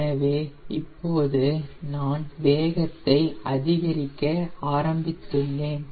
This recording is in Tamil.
எனவே இப்போது நான் வேகத்தை அதிகரிக்க ஆரம்பித்தேன்